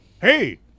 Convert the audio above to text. Hey